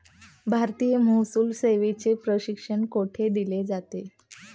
भारतीय महसूल सेवेचे प्रशिक्षण कोठे दिलं जातं?